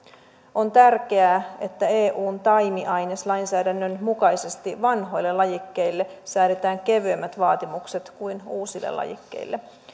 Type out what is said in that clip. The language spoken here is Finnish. on tärkeää että eun taimiaineslainsäädännön mukaisesti vanhoille lajikkeille säädetään kevyemmät vaatimukset kuin uusille lajikkeille